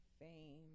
fame